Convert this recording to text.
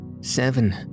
seven